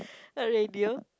a radio